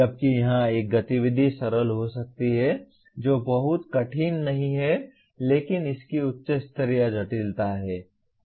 जबकि यहां एक गतिविधि सरल हो सकती है जो बहुत कठिन नहीं है लेकिन इसकी उच्च स्तरीय जटिलता है